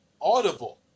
Audible